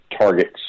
targets